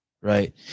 right